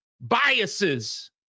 biases